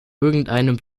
irgendeinem